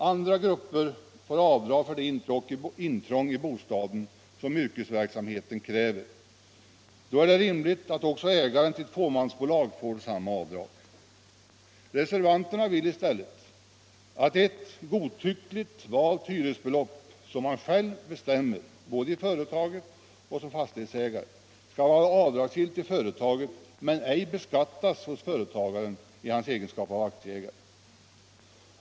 Andra grupper får göra avdrag för det intrång i bostaden som yrkesverksamheten kräver. Då är det rimligt att också ägaren till ett fåmansbolag får göra samma avdrag. Reservanterna vill i stället att ett godtyckligt valt hyresbelopp, som man själv bestämmer, både i företaget och som fastighetsägare, skall vara avdragsgillt i företaget men ej beskattas hos företagaren i hans egenskap av aktieägare.